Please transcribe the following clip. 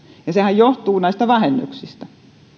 ja sehän johtuu näistä vähennyksistä